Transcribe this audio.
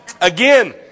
Again